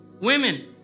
Women